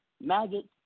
maggots